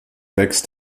wächst